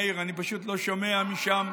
מאיר, אני פשוט לא שומע משם.